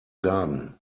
garden